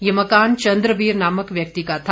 ये मकान चंद्रवीर नामक व्यक्ति का था